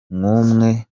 nk’umwe